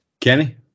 Kenny